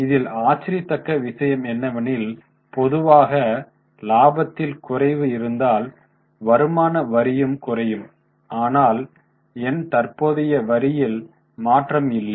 இதில் ஆச்சரியத்தக்க விஷயம் என்னவெனில் பொதுவாக லாபத்தில் குறைவு இருந்தால் வருமான வரியும் குறையும் ஆனால் ஏன் தற்போதைய வரியில் மாற்றம் இல்லை